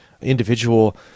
individual